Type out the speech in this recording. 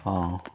ᱦᱮᱸ